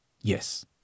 Yes